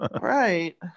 Right